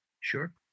Sure